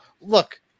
look